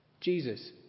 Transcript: Jesus